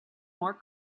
more